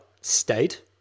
state